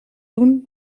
doen